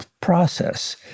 process